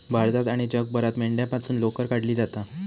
भारतात आणि जगभरात मेंढ्यांपासून लोकर काढली जाता